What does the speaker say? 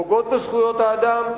פוגעות בזכויות האדם,